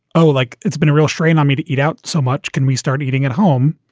oh, like it's been a real strain on me to eat out so much. can we start eating at home,